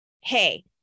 hey